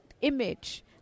image